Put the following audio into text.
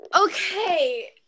Okay